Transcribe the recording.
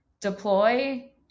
deploy